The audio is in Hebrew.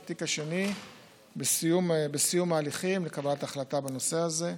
התיק השני בסיום ההליכים לקבלת החלטה בנושא הזה,